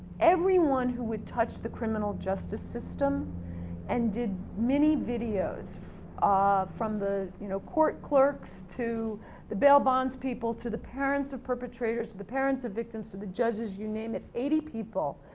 everyone who had touched the criminal justice system and did many videos ah from the you know court clerks to the bail bonds people to the parents of perpetrators to the parents of the victims to the judges, you name it, eighty people.